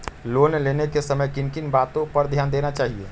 Loan लेने के समय किन किन वातो पर ध्यान देना चाहिए?